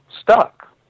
stuck